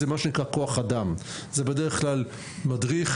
זה כוח אדם כמו מדריך,